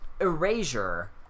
Erasure